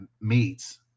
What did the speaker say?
meats